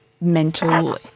mental